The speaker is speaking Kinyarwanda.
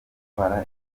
atwara